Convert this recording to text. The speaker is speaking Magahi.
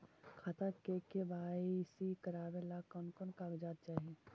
खाता के के.वाई.सी करावेला कौन कौन कागजात चाही?